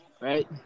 right